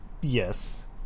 yes